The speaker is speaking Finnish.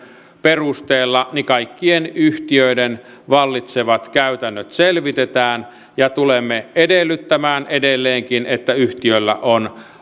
perusteella niin kaikkien yhtiöiden vallitsevat käytännöt selvitetään ja tulemme edellyttämään edelleenkin että yhtiöillä on